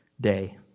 day